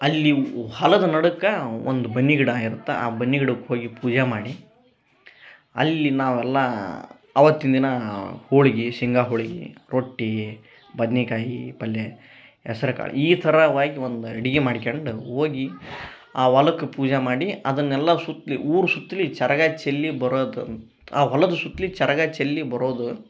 ಅಲ್ಲಿ ಹೊಲದ ನಡಕ ಒಂದು ಬನ್ನಿ ಗಿಡ ಇರತ್ತ ಆ ಬನ್ನಿ ಗಿಡಕ್ಕ ಹೋಗಿ ಪೂಜೆ ಮಾಡಿ ಅಲ್ಲಿ ನಾವೆಲ್ಲ ಅವತ್ತಿನ ದಿನ ಹೋಳಿಗಿ ಶೇಂಗ ಹೋಳಿಗಿ ರೊಟ್ಟಿ ಬದ್ನಿಕಾಯಿ ಪಲ್ಯೆ ಹೆಸರ್ ಕಾಳು ಈ ಥರವಾಗಿ ಒಂದು ಅಡಿಗಿ ಮಾಡ್ಕೆಂಡು ಹೋಗಿ ಆ ಹೊಲಕ್ ಪೂಜೆ ಮಾಡಿ ಅದನೆಲ್ಲ ಸುತ್ಲಿ ಊರು ಸುತ್ಲಿ ಚರಗ ಚೆಲ್ಲಿ ಬರೋದು ಅಂತ ಆ ಹೊಲದ ಸುತ್ಲಿ ಚರಗ ಚೆಲ್ಲಿ ಬರೋದು